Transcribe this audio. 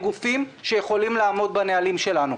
אלה גופים שיכולים לעמוד בנהלים שלנו.